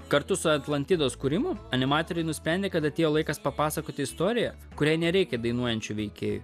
kartu su atlantidos kūrimu animatoriai nusprendė kad atėjo laikas papasakoti istoriją kuriai nereikia dainuojančių veikėjų